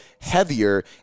heavier